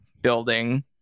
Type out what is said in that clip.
building